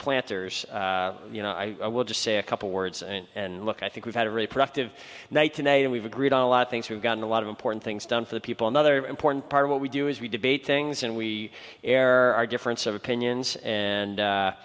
planters you know i will just say a couple words and look i think we've had a very productive night tonight and we've agreed on a lot of things we've gotten a lot of important things done for the people another important part of what we do is we debate things and we share our difference of opinions and